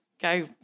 go